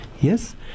Yes